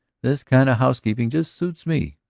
this kind of housekeeping just suits me!